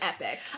epic